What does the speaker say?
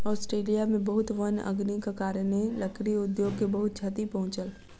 Australia में बहुत वन अग्निक कारणेँ, लकड़ी उद्योग के बहुत क्षति पहुँचल